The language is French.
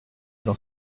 dans